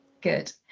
Good